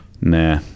Nah